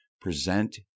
present